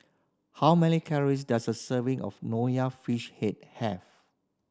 how many calories does a serving of Nonya Fish Head have